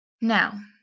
Now